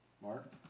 Mark